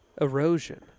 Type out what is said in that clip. erosion